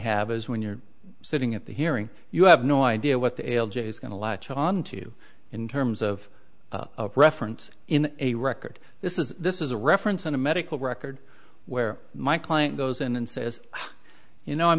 have is when you're sitting at the hearing you have no idea what the l j is going to latch on to in terms of reference in a record this is this is a reference on a medical record where my client goes in and says you know i'm